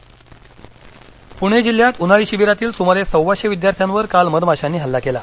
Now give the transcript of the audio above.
मधमाशा हल्ला पूणे जिल्ह्यात उन्हाळी शिबिरातील सुमारे सव्वाशे विद्यार्थ्यावर काल मधमाशांनी हल्ला केला